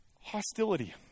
Hostility